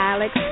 Alex